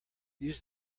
use